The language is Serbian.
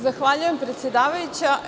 Zahvaljujem, predsedavajuća.